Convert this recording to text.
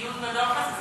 דיון בדוח הזה.